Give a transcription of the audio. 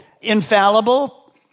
infallible